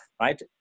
right